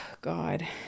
God